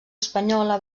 espanyola